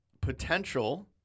potential